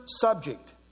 subject